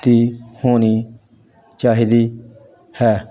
ਅਤੇ ਹੋਣੀ ਚਾਹੀਦੀ ਹੈ